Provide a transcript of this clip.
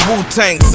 Wu-Tang